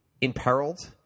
imperiled